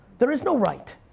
there is no right,